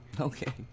Okay